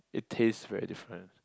it tastes very different